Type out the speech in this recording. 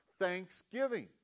Thanksgiving